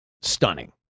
stunning